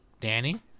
Danny